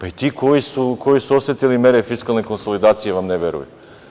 I ti koji su osetili mere fiskalne konsolidacije vam ne veruju.